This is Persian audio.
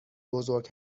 بزرگ